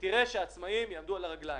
ותראה שעצמאיים יעמדו על הרגליים.